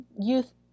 youth